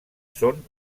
són